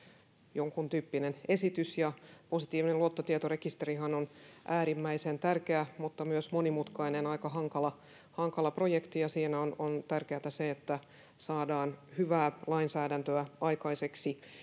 jonkuntyyppinen esitys positiivinen luottotietorekisterihän on äärimmäisen tärkeä mutta myös monimutkainen aika hankala hankala projekti ja siinä on on tärkeätä se että saadaan aikaiseksi hyvää lainsäädäntöä